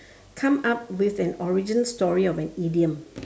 come up with an origin story of an idiom